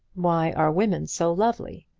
why are women so lovely?